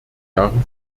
jahren